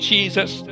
Jesus